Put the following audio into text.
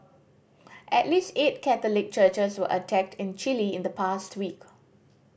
at least eight Catholic churches were attacked in Chile in the past week